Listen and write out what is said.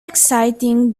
exciting